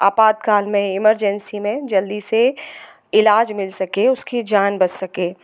आपातकाल में इमरजैंसी में जल्दी से इलाज मिल सके उसकी जान बच सके